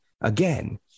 Again